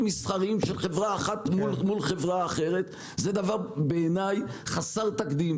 מסחריים של חברה אחת מול חברה אחרת זה דבר חסר תקדים,